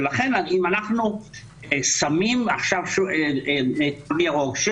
ולכן אם אנחנו שמים עכשיו תו ירוק,